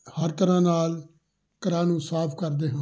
ਹਰ ਤਰ੍ਹਾਂ ਨਾਲ ਘਰਾਂ ਨੂੰ ਸਾਫ਼ ਕਰਦੇ ਹਾਂ